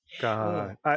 God